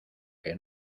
que